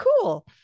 cool